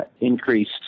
increased